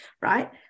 right